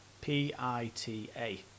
P-I-T-A